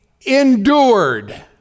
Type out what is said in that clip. endured